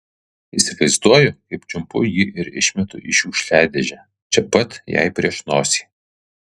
įsivaizduoju kaip čiumpu jį ir išmetu į šiukšliadėžę čia pat jai prieš nosį